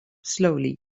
slowly